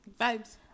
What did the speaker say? vibes